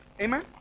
Amen